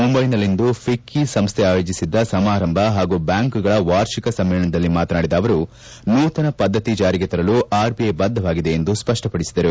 ಮುಂಬೈನಲ್ಲಿಂದು ಫಿಕ್ಕಿ ಸಂಸ್ಥೆ ಆಯೋಜಿಸಿದ್ದ ಸಮಾರಂಭ ಹಾಗೂ ಬ್ಲಾಂಕ್ಗಳ ವಾರ್ಷಿಕ ಸಮ್ನೇಳನದಲ್ಲಿ ಮಾತನಾಡಿದ ಅವರು ನೂತನ ಪದ್ದತಿ ಜಾರಿಗೆ ತರಲು ಆರ್ಬಿಐ ಬದ್ದವಾಗಿದೆ ಎಂದು ಅವರು ಸ್ವಪ್ಪಡಿಸಿದರು